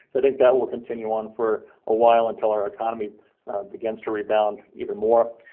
i think that will continue on for awhile until our economy begins to rebound even more.